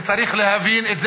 וצריך להבין את זה.